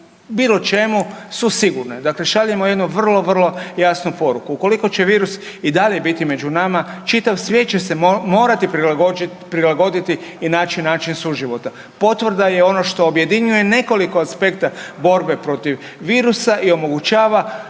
bilo čemu su sigurna. Dakle, šaljemo jednu vrlo, vrlo jasnu poruku. Ukoliko će virus i dalje biti među nama čitav svijet će se morati prilagoditi i naći način suživota. Potvrda je ono što objedinjuje nekoliko aspekta borbe protiv virusa i omogućava